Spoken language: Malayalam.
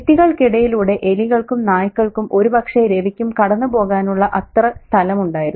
ഭിത്തികൾക്കിടയിലൂടെ എലികൾക്കും നായ്ക്കൾക്കും ഒരുപക്ഷേ രവിയ്ക്കും കടന്നുപോകാനുള്ള അത്ര സ്ഥലമുണ്ടായിരുന്നു